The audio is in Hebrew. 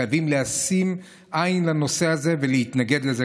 חייבים לשים עין על הנושא הזה ולהתנגד לזה,